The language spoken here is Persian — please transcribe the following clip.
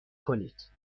کنید